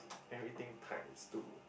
everything times two